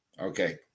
Okay